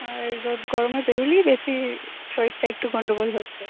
আর রোদ গরমে বেরোলেই বেশী শরীরটা একটু গন্ডগোল হচ্ছে